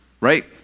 right